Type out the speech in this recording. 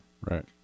Right